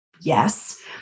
Yes